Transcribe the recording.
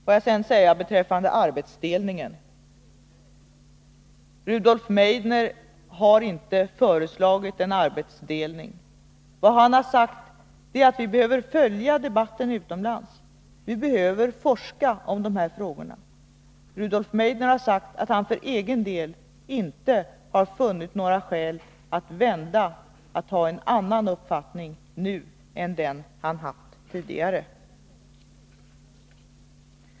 Får jag sedan säga beträffande arbetsdelningen att Rudolf Meidner inte har föreslagit arbetsdelning. Vad han har sagt är att vi behöver följa debatten utomlands, vi behöver forska om dessa frågor. Rudolf Meidner har sagt att han för egen del inte har funnit några skäl att vända, att inta en annan uppfattning än den han haft tidigare.